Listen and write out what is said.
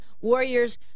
Warriors